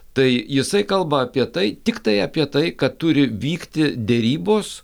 tai jisai kalba apie tai tiktai apie tai kad turi vykti derybos